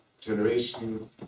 generation